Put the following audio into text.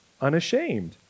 Unashamed